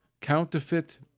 Counterfeit